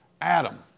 Adam